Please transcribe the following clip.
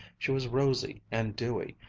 she was rosy and dewy,